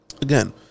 again